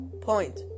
Point